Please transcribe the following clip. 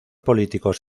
políticos